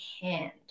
hand